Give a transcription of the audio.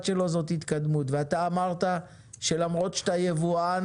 שלו זאת התקדמות ואתה אמרת שלמרות שאתה יבואן